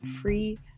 free